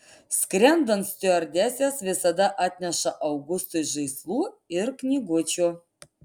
skrendant stiuardesės visada atneša augustui žaislų ir knygučių